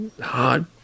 hard